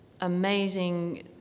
amazing